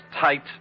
tight